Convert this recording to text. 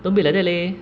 don't be like that leh